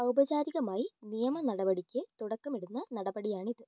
ഔപചാരികമായി നിയമനടപടിക്ക് തുടക്കമിടുന്ന നടപടിയാണിത്